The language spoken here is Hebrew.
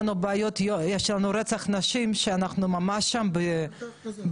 יש לנו רצח נשים שאנחנו ממש שם בטירוף,